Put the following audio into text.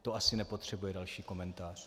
To asi nepotřebuje další komentář.